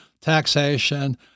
taxation